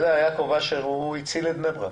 יעקב אשר הציל את בני ברק.